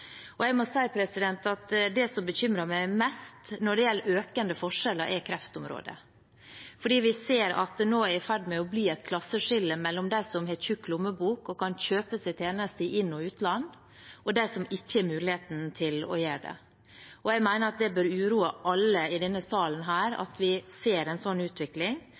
Det som bekymrer meg mest når det gjelder økende forskjeller, er kreftområdet, for vi ser at det nå er i ferd med å bli et klasseskille mellom dem som har tjukk lommebok og kan kjøpe seg tjenester i inn- og utland, og dem som ikke har muligheten til å gjøre det. Jeg mener at det bør uroe alle i denne salen at vi ser en sånn utvikling.